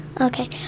Okay